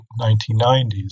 1990s